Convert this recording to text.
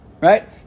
right